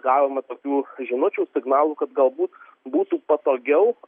gavome tokių žinučių signalų kad galbūt būtų patogiau